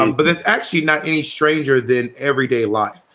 um but it's actually not a stranger than everyday life.